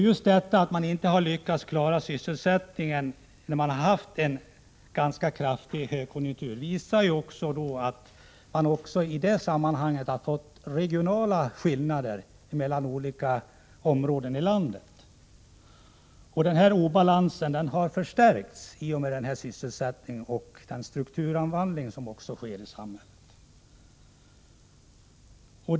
Just detta att man inte lyckats klara sysselsättningen när man haft en ganska kraftig högkonjunktur, visar att man också i detta sammanhang fått regionala skillnader mellan olika områden i landet. Den obalansen har förstärkts i och med den sysselsättningsoch strukturomvandling som sker i samhället.